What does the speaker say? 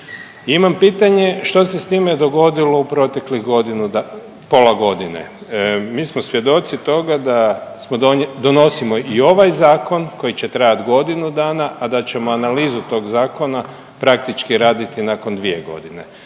Imam pitanje što se s time dogodilo u proteklih godinu, pola godine. Mi smo svjedoci toga da smo, donosimo i ovaj zakon koji će trajati godinu dana, a da ćemo analizu tog zakona praktički raditi nakon dvije godine.